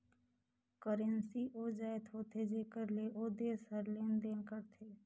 currency ओ जाएत होथे जेकर ले ओ देस हर लेन देन करथे